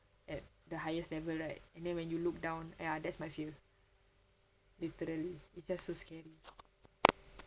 at the highest level right and then when you look down ya that's my fear literally it's just so scary